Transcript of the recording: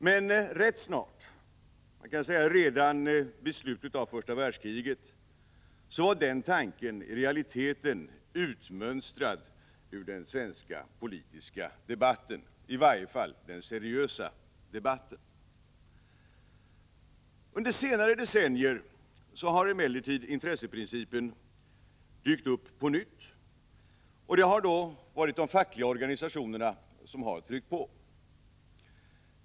Men snart, man kan säga redan vid slutet av första världskriget, var den tanken i realiteten utmönstrad ur den svenska politiska debatten, i varje fall den seriösa debatten. Under senare decennier har emellertid intresseprincipen dykt upp på nytt. Det har varit de fackliga organisationerna som har tryckt på.